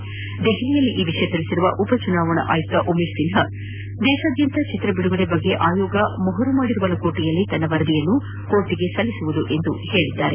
ನವದೆಹಲಿಯಲ್ಲಿ ಈ ವಿಷಯ ತಿಳಿಸಿರುವ ಉಪ ಚುನಾವಣಾ ಆಯುಕ್ತ ಉಮೇಶ್ ಸಿನ್ಹಾ ದೇಶಾದ್ದಂತ ಚಿತ್ರ ಬಿಡುಗಡೆ ಬಗ್ಗೆ ಆಯೋಗ ಮೊಹರು ಮಾಡಿದ ಲಕೋಟೆಯಲ್ಲಿ ತನ್ನ ವರದಿಯನ್ನು ನ್ಹಾಯಾಲಯಕ್ಕೆ ಸಲ್ಲಿಸಲಿದೆ ಎಂದು ತಿಳಿಸಿದ್ದಾರೆ